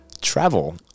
travel